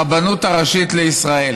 הרבנות הראשית לישראל.